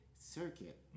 circuit